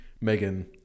Megan